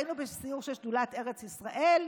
היינו בסיור של שדולת ארץ ישראל,